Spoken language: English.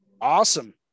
Awesome